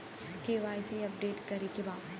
KYC update करे के बा?